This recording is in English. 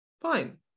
fine